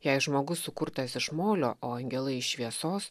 jei žmogus sukurtas iš molio o angelai iš šviesos